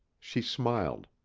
she smiled.